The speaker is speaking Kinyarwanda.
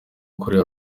ukorera